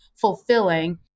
fulfilling